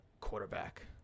quarterback